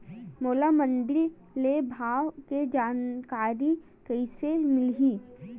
मोला मंडी के भाव के जानकारी कइसे मिलही?